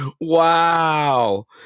Wow